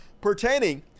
pertaining